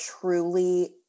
truly